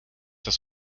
das